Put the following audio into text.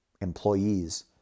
employees